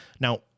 Now